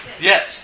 Yes